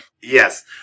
Yes